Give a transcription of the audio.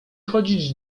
chodzić